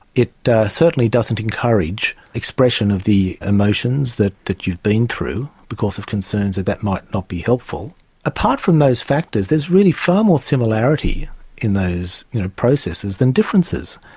it certainly doesn't encourage expression of the emotions that that you've been through, because of concerns that that might not be helpful apart from those factors there's really far more similarity in those you know processes than differences.